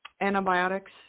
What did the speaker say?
antibiotics